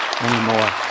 anymore